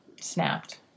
snapped